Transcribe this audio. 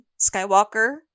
Skywalker